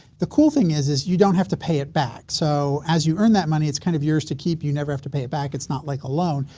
the cool thing is is you don't have to pay it back so as you earn that money it's kind of yours to keep you never have to pay it back it's not like a loan,